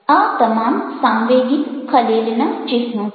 આ તમામ સાંવેગિક ખલેલના ચિહ્નો છે